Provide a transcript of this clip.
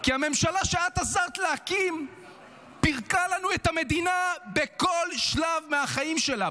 כי הממשלה שאת עזרת להקים פירקה לנו את המדינה בכל שלב מהחיים שלה.